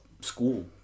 school